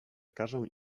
każą